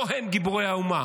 לא הם גיבורי האומה,